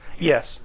Yes